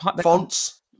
Fonts